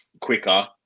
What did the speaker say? quicker